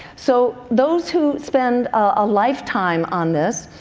so those who spend a lifetime on this